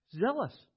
Zealous